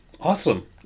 Awesome